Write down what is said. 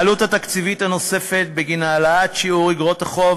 העלות התקציבית הנוספת בגין העלאת שיעור איגרות החוב